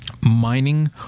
mining